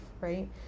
right